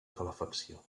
calefacció